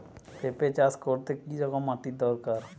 পেঁপে চাষ করতে কি রকম মাটির দরকার?